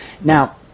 Now